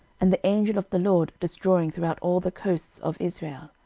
and the angel of the lord destroying throughout all the coasts of israel.